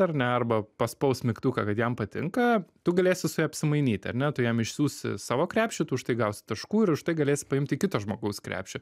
ar ne arba paspaus mygtuką kad jam patinka tu galėsi su juo apsimainyt ar ne tu jam išsiųsti savo krepšį tu už tai gausi taškų ir už tai galėsi paimti kito žmogaus krepšį